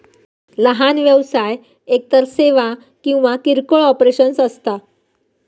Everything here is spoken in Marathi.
लहान व्यवसाय एकतर सेवा किंवा किरकोळ ऑपरेशन्स असता